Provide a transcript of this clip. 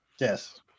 Yes